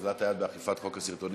בנושא אוזלת היד באכיפת "חוק הסרטונים"